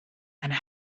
and